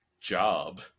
job